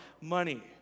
money